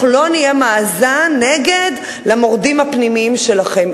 אנחנו לא נהיה מאזן נגד למורדים הפנימיים שלכם.